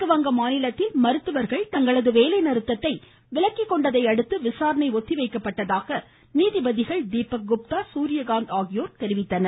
மேற்கு வங்கமாநிலத்தில் மருத்துவர்கள் தங்களது வேலை நிறுத்தத்தை விலக்கி கொண்டதையடுத்து விசாரணை ஒத்திவைக்கப்பட்டதாக நீதிபதிகள் தீபக்குப்தா சூரியகாந்த் ஆகியோர் தெரிவித்தனர்